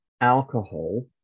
alcohol